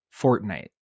Fortnite